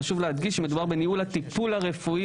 חשוב להדגיש שמדובר בניהול הטיפול הרפואי